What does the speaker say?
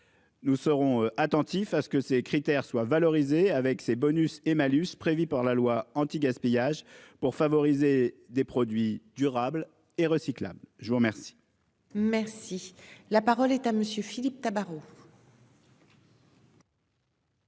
Nous serons attentifs à ce que ces critères soient valorisés. Avec ses bonus et malus prévu par la loi anti-gaspillage pour favoriser des produits durables et recyclables. Je vous remercie. Merci la parole est à monsieur Philippe Tabarot.